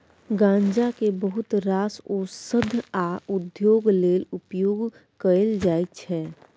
गांजा केँ बहुत रास ओषध आ उद्योग लेल उपयोग कएल जाइत छै